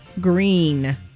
Green